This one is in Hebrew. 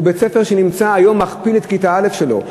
הוא בית-ספר שהיום מכפיל את כיתה א' שלו.